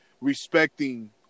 respecting